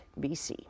BC